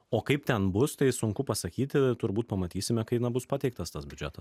o kaip ten bus tai sunku pasakyti turbūt pamatysime kai na bus pateiktas tas biudžetas